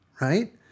Right